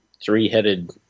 three-headed